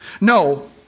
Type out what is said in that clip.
No